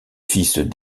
fils